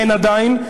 אין עדיין,